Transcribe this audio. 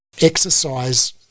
exercise